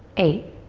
eight,